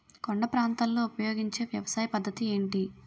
కొండ ప్రాంతాల్లో ఉపయోగించే వ్యవసాయ పద్ధతి ఏంటి?